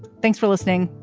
thanks for listening.